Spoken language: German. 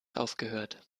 aufgehört